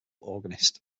organist